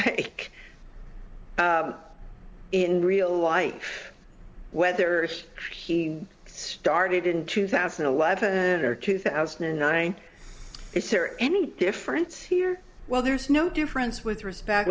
make in real life whether he started in two thousand and eleven or two thousand and nine is there any difference here well there's no difference with respect